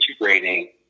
integrating